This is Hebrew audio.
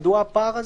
מדוע הפער הזה?